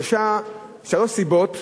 שלוש סיבות,